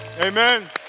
Amen